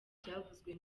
byavuzwe